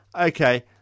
Okay